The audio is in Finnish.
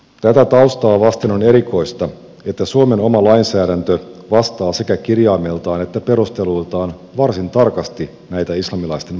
tätä taustaa vasten on erikoista että suomen oma lainsäädäntö vastaa sekä kirjaimeltaan että perusteluiltaan varsin tarkasti näitä islamilaisten maiden vaatimuksia